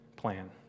Plan